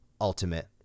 ultimate